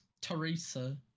Teresa